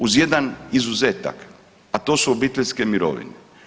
Uz jedan izuzetak, a to su obiteljske mirovine.